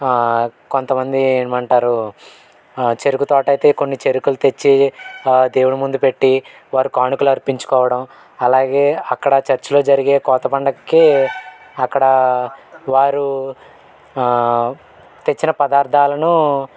కొంతమంది ఏమంటారు చెరకు తోటైతే కొన్ని చేరుకులు తెచ్చి దేవుడి ముందు పెట్టి వారు కానుకలు అర్పించుకోవడం అలాగే అక్కడ చర్చిలో జరిగే కోత పండుగకి అక్కడ వారు తెచ్చిన పదార్థాలను